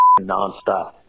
nonstop